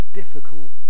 difficult